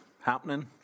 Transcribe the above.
happening